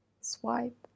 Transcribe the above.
Swipe